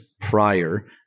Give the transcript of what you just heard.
prior